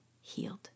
healed